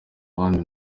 abandi